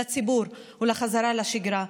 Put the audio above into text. לציבור ולחזרה לשגרה.